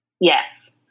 Yes